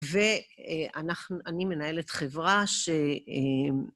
ואני מנהלת חברה ש...